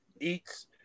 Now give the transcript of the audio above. eats